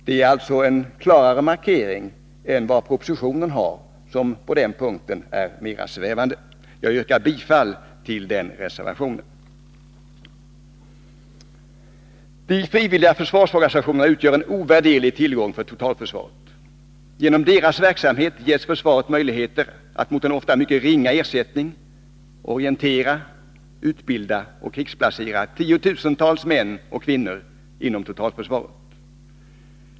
Det är alltså en klarare markering än i propositionen, som på denna punkt är mera svävande. Jag yrkar bifall till reservation 12. De frivilliga försvarsorganisationerna utgör en ovärderlig tillgång för totalförsvaret. Genom deras verksamhet ges försvaret möjligheter att mot en ofta mycket ringa ersättning orientera, utbilda och krigsplacera tiotusentals män och kvinnor inom totalförsvaret.